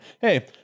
Hey